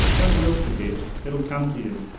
don't will for death, it'll come to you,